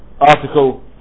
article